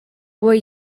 way